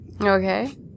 Okay